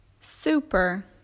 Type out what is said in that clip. super